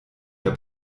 der